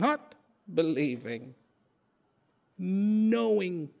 not believing knowing